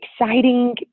exciting